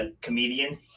comedian